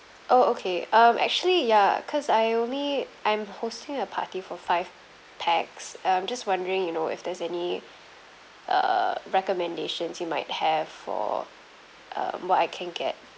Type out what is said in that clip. oh okay um actually ya because I only I'm hosting a party for five pax um just wondering you know if there's any err recommendations you might have for um what I can get